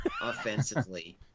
offensively